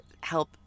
help